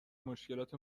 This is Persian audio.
مشکلات